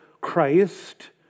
Christ